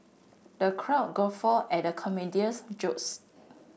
the crowd guffawed at the comedian's jokes